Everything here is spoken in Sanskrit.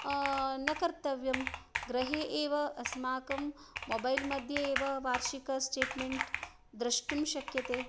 न कर्तव्यं गृहे एव अस्माकं मोबैल् मध्ये एव वार्षिकं स्टेट्मेण्ट् द्रष्टुं शक्यते